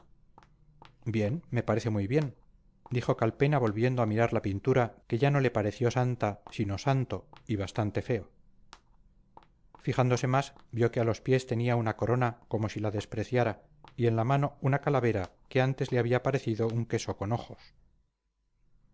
bien me parece muy bien dijo calpena volviendo a mirar la pintura que ya no le pareció santa sino santo y bastante feo fijándose más vio que a los pies tenía una corona como si la despreciara y en la mano una calavera que antes le había parecido un queso con ojos